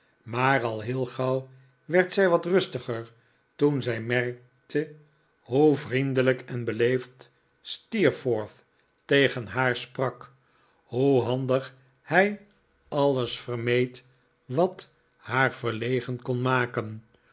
maar al heel gauw werd zij wat rustiger toen zij merkte hoe vriendelijk en beleefd steerforth maakt zich vrienden steerforth tegen haar sprak hoe handig hij alles vermeed wat haar verlegen kon maken